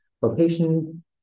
Location